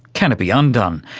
can it be undone?